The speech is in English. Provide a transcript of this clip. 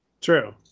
True